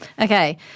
Okay